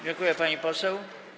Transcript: Dziękuję, pani poseł.